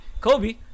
Kobe